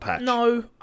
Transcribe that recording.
no